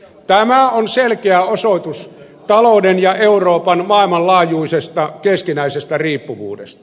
tämä on selkeä osoitus talouden ja euroopan maailmanlaajuisesta keskinäisestä riippuvuudesta